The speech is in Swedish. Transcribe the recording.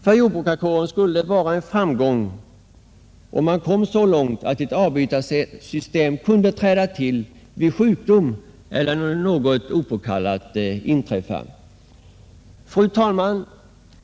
För jordbrukarkåren skulle det vara en framgång, om man kom så långt, att ett avlösningssystem kunde tillämpas vid sjukdom eller när något oförutsett inträffar. Fru talman!